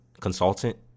consultant